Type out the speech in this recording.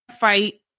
fight